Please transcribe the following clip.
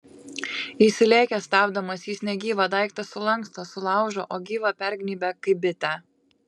įsilėkęs stabdomas jis negyvą daiktą sulanksto sulaužo o gyvą pergnybia kaip bitę